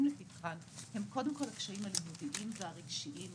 לפתחן הם קודם כל הקשיים הלימודיים והרגשיים.